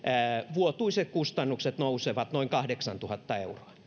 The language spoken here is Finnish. vuotuiset kustannukset nousevat noin kahdeksantuhatta euroa